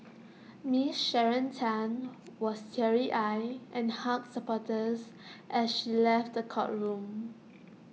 miss Sharon Tan was teary eyed and hugged supporters as she left the courtroom